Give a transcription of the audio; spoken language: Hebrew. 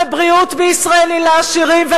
ובריאות בישראל היא לעשירים,